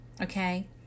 Okay